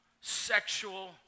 sexual